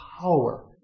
power